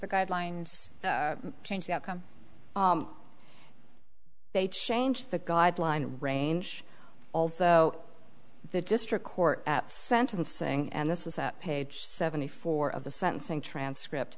the guidelines change the outcome they change the guideline range although the district court at sentencing and this is at page seventy four of the sentencing transcript